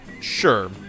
Sure